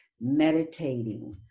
meditating